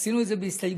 עשינו את זה בהסתייגות,